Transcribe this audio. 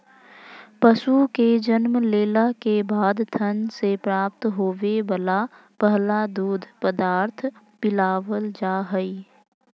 पशु के जन्म लेला के बाद थन से प्राप्त होवे वला पहला दूध पदार्थ पिलावल जा हई